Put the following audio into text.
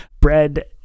Bread